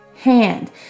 hand